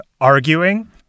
arguing